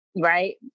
Right